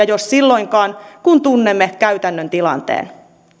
jos silloinkaan kun tunnemme käytännön tilanteen